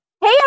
Hey